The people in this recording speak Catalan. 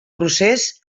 procés